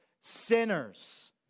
sinners